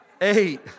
eight